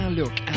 look